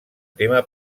tema